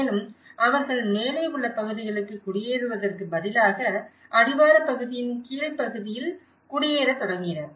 மேலும் அவர்கள் மேலே உள்ள பகுதிகளுக்கு குடியேறுவதற்கு பதிலாக அடிவாரப் பகுதியின் கீழ் பகுதியில் குடியேறத் தொடங்கினர்